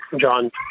John